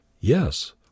yes